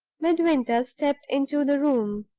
midwinter stepped into the room.